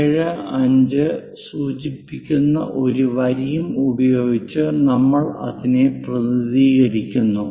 75 സൂചിപ്പിക്കുന്ന ഒരു വരിയും ഉപയോഗിച്ച് നമ്മൾ അതിനെ പ്രതിനിധീകരിക്കുന്നു